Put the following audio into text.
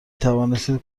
توانستید